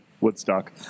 Woodstock